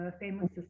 famous